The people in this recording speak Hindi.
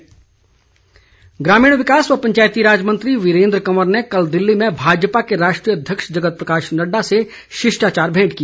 वीरेन्द्र कंवर ग्रामीण विकास व पंचायती राज मंत्री वीरेन्द्र कंवर ने कल दिल्ली में भाजपा के राष्ट्रीय अध्यक्ष जगत प्रकाश नड्डा से शिष्टाचार भेंट की